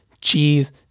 cheese